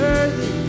Worthy